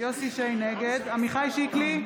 עמיחי שיקלי,